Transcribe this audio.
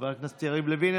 חבר הכנסת יריב לוין,